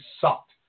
sucked